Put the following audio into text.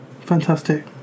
fantastic